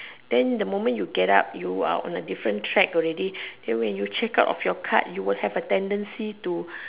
then the moment you get up you are on a different track already then when you check out of your cart you will have a tendency to